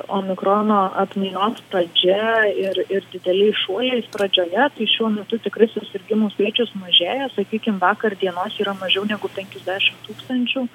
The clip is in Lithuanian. omikrono atmainoms pradžia ir ir dideliais šuoliais pradžioje tai šiuo metu tikrai susirgimų skaičius mažėja sakykim vakar dienos yra mažiau negu penkiasdešim tūkstančių